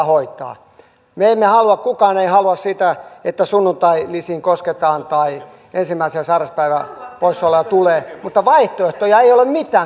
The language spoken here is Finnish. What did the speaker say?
me emme halua kukaan ei halua sitä että sunnuntailisiin kosketaan tai ensimmäisen sairauspäivän poissaoloja tulee mutta vaihtoehtoja ei ole mitään teillä esittää